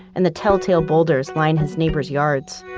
and the tell-tale boulders line his neighbors' yards.